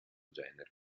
genere